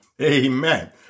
Amen